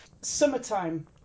Summertime